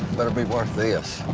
better be worth this.